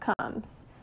comes